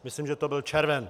Myslím, že to byl červen.